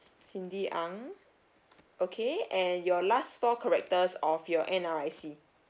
cindy ang okay and your last four characters of your N_R_I_C